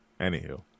Anywho